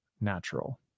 natural